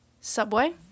Subway